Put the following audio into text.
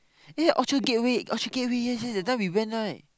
eh Orchard-Gateway Orchard-Gateway yes yes that time we went right